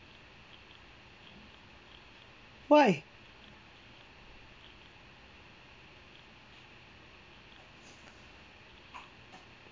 why